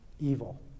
evil